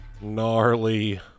Gnarly